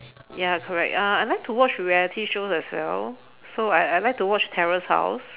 ya correct uh I like to watch reality shows as well so I I like to watch terrace house